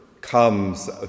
comes